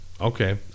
Okay